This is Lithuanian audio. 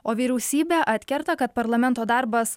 o vyriausybė atkerta kad parlamento darbas